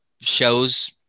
shows